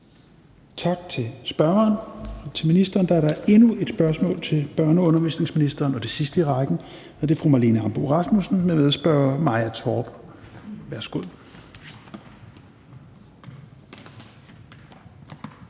Tak til spørgeren. Der er endnu et spørgsmål til børne- og undervisningsministeren, og det er det sidste i rækken. Det er af Marlene Ambo-Rasmussen, og det er med medspørger Maja Torp.